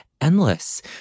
endless